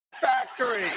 factory